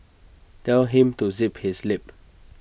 tell him to zip his lip